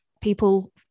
people